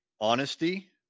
honesty